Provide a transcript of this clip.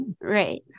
Right